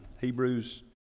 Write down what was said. Hebrews